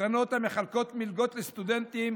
וקרנות המחלקות מלגות לסטודנטים